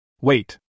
Wait